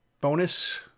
bonus